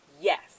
Yes